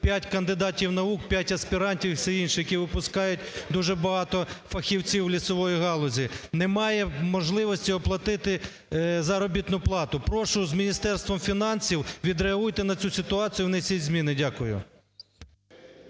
них 5 кандидатів наук, 5 аспірантів і всі інші, які випускають дуже багато фахівців лісової галузі, немає можливості оплатити заробітну плату. Прошу: з Міністерством фінансів відреагуйте на цю ситуацію і внесіть зміни. Дякую.